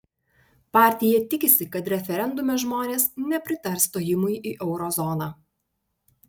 partija tikisi kad referendume žmones nepritars stojimui į euro zoną